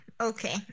okay